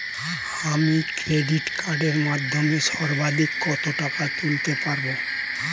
আমি ক্রেডিট কার্ডের মাধ্যমে সর্বাধিক কত টাকা তুলতে পারব?